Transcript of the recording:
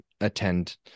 attend